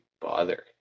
bother